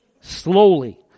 slowly